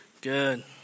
Good